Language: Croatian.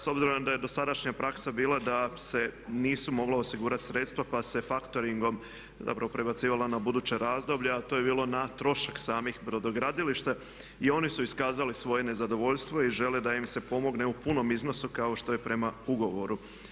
S obzirom da je dosadašnja praksa bila da se nisu mogla osigurati sredstva, pa se factoringom, dobro prebacivalo na buduće razdoblje, a to je bilo na trošak samih brodogradilišta i oni su iskazali svoje nezadovoljstvo i žele da im se pomogne u punom iznosu kao što je prema ugovoru.